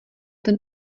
ten